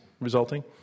resulting